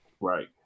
Right